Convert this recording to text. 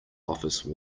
office